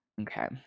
Okay